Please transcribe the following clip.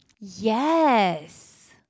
Yes